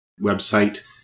website